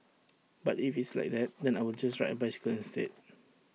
but if it's like that then I will just ride A bicycle instead